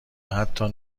حتی